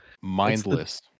mindless